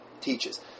teaches